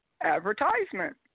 advertisement